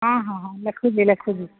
ହଁ ହଁ ଲେଖୁଛି ଲେଖୁଛି